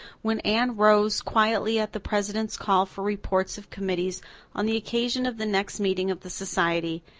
when anne rose quietly at the president's call for reports of committees on the occasion of the next meeting of the society,